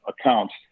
accounts